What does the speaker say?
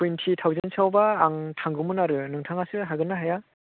twenty थावजेन्डसोआवबा आं थांगौमोन आरो नोंथांआसो हागोन ना हाया